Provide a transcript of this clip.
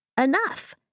enough